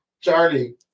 Charlie